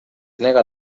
nega